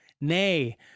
nay